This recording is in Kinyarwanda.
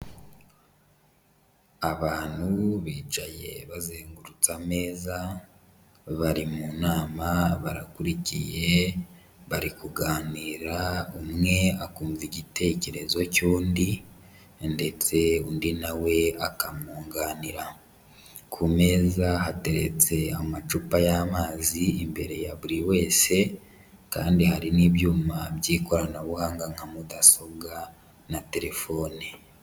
Abantu bicaye bazengurutse ameza, bari mu nama barakurikiye bari kuganira umwe akumva igitekerezo cy'undi ndetse undi na we akamwunganira, ku meza hateretse amacupa y'amazi imbere ya buri wese kandi hari n'ibyuma by'ikoranabuhanga nka mudasobwa na telefone.